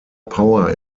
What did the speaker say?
power